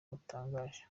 batangaje